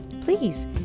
please